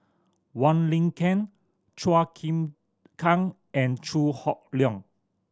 Wong Lin Ken Chua Chim Kang and Chew Hock Leong